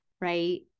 right